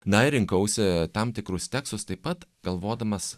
na ir rinkausi tam tikrus tekstus taip pat galvodamas